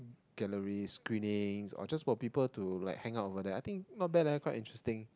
galleries screenings or just for people to like hang out over there I think not bad leh quite interesting